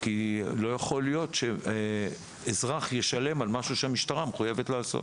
כי לא יכול להיות שאזרח ישלם על משהו שהמשטרה מחויבת לעשות.